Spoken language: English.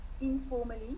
informally